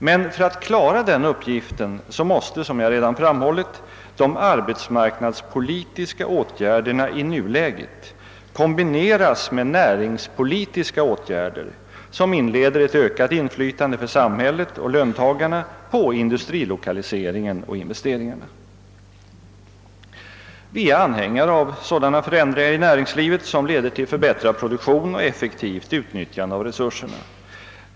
Men för att man skall kunna klara detta måste — som jag redan framhållit — de arbetsmarknadspolitiska åtgärderna i nuläget kombineras med näringspolitiska åtgärder som inleder ett ökat inflytande för samhället och löntagarna över industrilokaliseringen och investeringarna. Vi är anhängare av sådana förändringar i näringslivet som leder till förbättrad produktion och effektivt utnyttjande av resurserna.